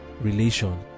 relation